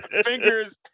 Fingers